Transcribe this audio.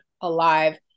alive